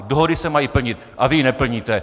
Dohody se mají plnit a vy ji neplníte!